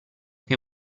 che